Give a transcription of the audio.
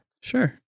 Sure